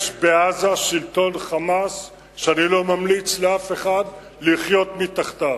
יש בעזה שלטון "חמאס" שאני לא ממליץ לאף אחד לחיות מתחתיו.